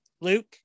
Luke